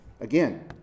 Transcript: again